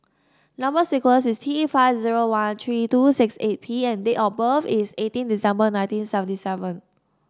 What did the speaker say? number sequence is T five zero one three two six eight P and date of birth is eighteen December nineteen seventy seven